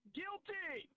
guilty